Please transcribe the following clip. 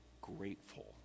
grateful